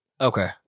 Okay